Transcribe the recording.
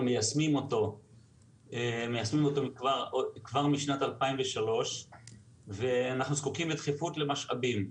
אנחנו מיישמים אותו כבר משנת 2003 ואנחנו זקוקים בדחיפות למשאבים.